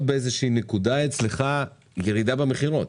באיזושהי נקודה אצלך ירידה במכירות,